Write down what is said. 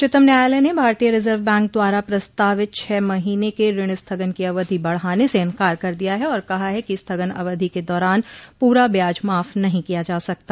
उच्चतम न्यायालय ने भारतीय रिजर्व बैंक द्वारा प्रस्तावित छह महीने के ऋण स्थगन की अवधि बढाने से इन्कार कर दिया है और कहा है कि स्थगन अवधि के दौरान पूरा ब्याज माफ नहीं किया जा सकता